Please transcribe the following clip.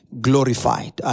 glorified